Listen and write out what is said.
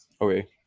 Okay